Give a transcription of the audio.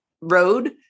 road